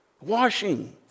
Washing